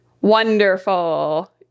wonderful